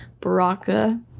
Baraka